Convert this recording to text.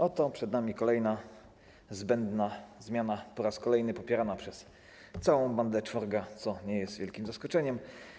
Oto przed nami kolejna zbędna zmiana po raz kolejny popierana przez całą bandę czworga, co nie jest wielkim zaskoczeniem.